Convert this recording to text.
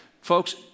Folks